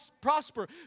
prosper